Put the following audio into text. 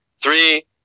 Three